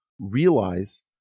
realize